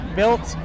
built